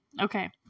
okay